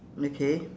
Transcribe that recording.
okay